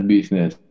Business